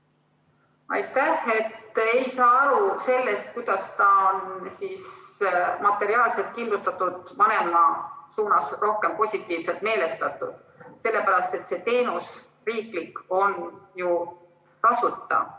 Ei saa aru sellest, kuidas ta on siis materiaalselt kindlustatud vanema suhtes rohkem positiivselt meelestatud, sellepärast et see teenus – riiklik – on ju tasuta.